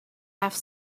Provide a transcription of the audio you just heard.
have